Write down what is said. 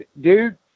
Dude